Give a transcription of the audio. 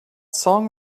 song